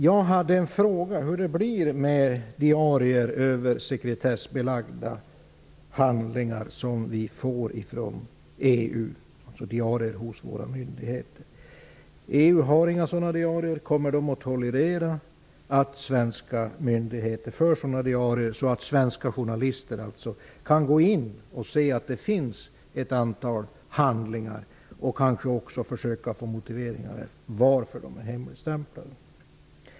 Jag har en fråga om hur det blir med diarier över sekretessbelagda handlingar som vi får från EU, alltså sådana diarier som våra myndigheter för. EU har inga diarier. Kommer EU att tolerera att svenska myndigheter för diarier så att svenska journalister kan gå in och se att det finns ett antal handlingar och kanske också få motiveringar till varför de är hemligstämplade?